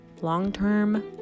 long-term